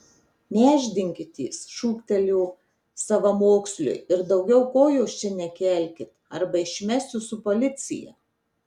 nešdinkitės šūktelėjo savamoksliui ir daugiau kojos čia nekelkit arba išmesiu su policija